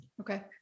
Okay